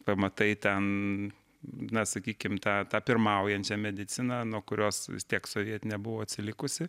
pamatai ten na sakykim tą tą pirmaujančią mediciną nuo kurios vis tiek sovietinė buvo atsilikusi